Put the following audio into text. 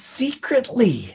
secretly